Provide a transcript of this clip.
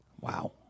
Wow